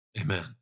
Amen